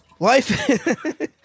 Life